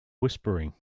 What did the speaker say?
whispering